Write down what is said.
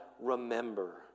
remember